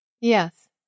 Yes